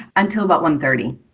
until about one thirty.